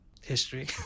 history